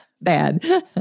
Bad